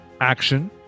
action-